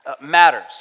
matters